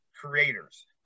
creators